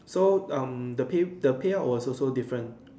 so um the pay the payout was also different